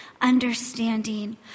understanding